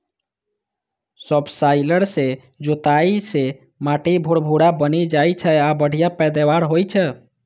subsoiler सं जोताइ सं माटि भुरभुरा बनि जाइ छै आ बढ़िया पैदावार होइ छै